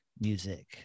music